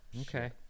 Okay